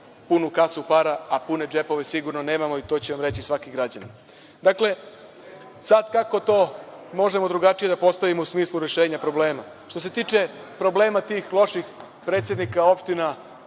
punu kasu para, a pune džepove sigurno nemamo i to će vam reći svaki građanin. Dakle, sada, kako to možemo drugačije da postavimo u smislu rešenja problema? Što se tiče problema tih loših predsednika opština,